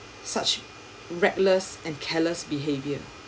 such reckless and careless behaviour